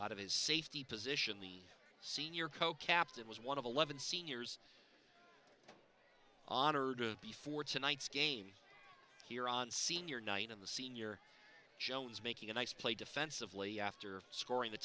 out of his safety position the senior co captain was one of eleven seniors on or to before tonight's game here on senior night in the senior jones making a nice play defensively after scoring